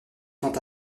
tant